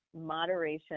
Moderation